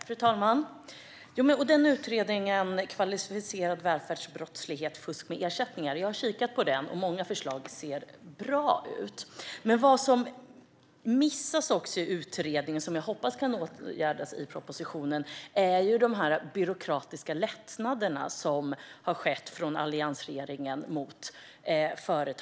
Fru talman! Jag har kikat på denna utredning om kvalificerad välfärdsbrottslighet och fusk med ersättningar. Många förslag ser bra ut, men det som missas i utredningen och som jag hoppas kan åtgärdas i propositionen är de byråkratiska lättnader gentemot företagare som alliansregeringen genomförde.